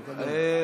טוב, קדימה.